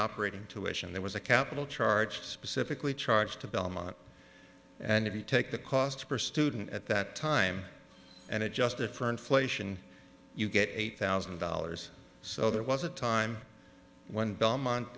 operating tuition there was a capital charge specifically charged to belmont and if you take the cost to pursue didn't at that time and adjusted for inflation you get eight thousand dollars so there was a time when belmont